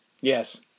Yes